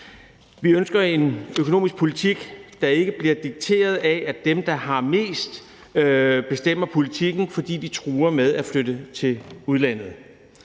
Vi ønsker en økonomisk politik, der ikke bliver dikteret af, at dem, der har mest, bestemmer politikken, fordi de truer med at flytte til udlandet.